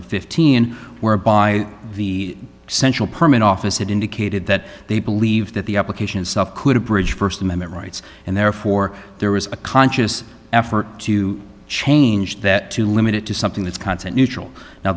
and fifteen whereby the central permit office had indicated that i believe that the application itself could have bridge first amendment rights and therefore there was a conscious effort to change that to limit it to something that's content neutral now